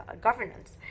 governance